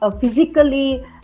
physically